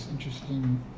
interesting